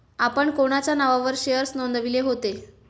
आपण कोणाच्या नावावर शेअर्स नोंदविले होते?